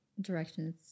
directions